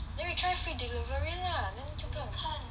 then we try free delivery lah then 就不用